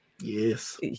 Yes